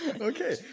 okay